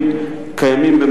מה